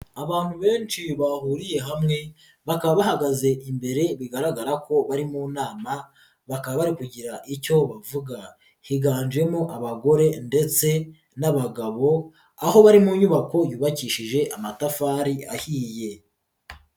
Abantu benshi bahuriye hamwe, bakaba bahagaze imbere bigaragara ko bari mu nama, bakaba bari kugira icyo bavuga, higanjemo abagore ndetse n'abagabo, aho bari mu nyubako yubakishije amatafari ahiye.